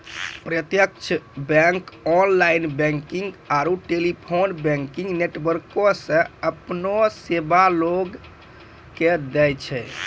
प्रत्यक्ष bank online banking आरू telephone banking नेटवर्को से अपनो सेबा लोगो के दै छै